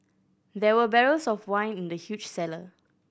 there were barrels of wine in the huge cellar